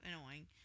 annoying